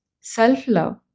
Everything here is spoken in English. self-love